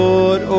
Lord